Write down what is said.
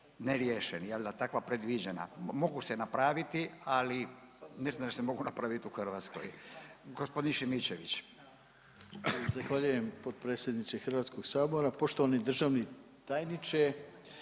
neriješen, jel' da takva predviđanja. Mogu se napraviti, ali ne znam jel' se mogu napraviti u Hrvatskoj. Gospodin Šimičević. **Šimičević, Rade (HDZ)** Zahvaljujem potpredsjedniče Hrvatskog sabora. Poštovani državni tajniče